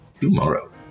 tomorrow